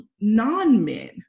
non-men